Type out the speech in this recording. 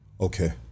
Okay